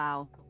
Wow